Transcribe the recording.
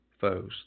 foes